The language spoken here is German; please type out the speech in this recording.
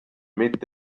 mit